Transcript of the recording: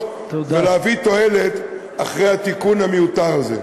ולהביא תועלת אחרי התיקון המיותר הזה.